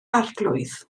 arglwydd